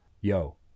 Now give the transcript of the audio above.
yo